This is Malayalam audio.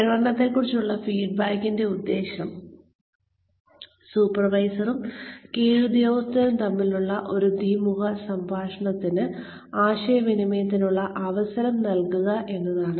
പ്രകടനത്തെക്കുറിച്ചുള്ള ഫീഡ്ബാക്കിന്റെ ഉദ്ദേശ്യം സൂപ്പർവൈസറും കീഴുദ്യോഗസ്ഥനും തമ്മിലുള്ള ഒരു ദ്വിമുഖ സംഭാഷണത്തിന് ആശയവിനിമയത്തിനുള്ള അവസരം നൽകുക എന്നതാണ്